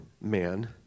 man